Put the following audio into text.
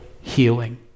healing